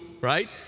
right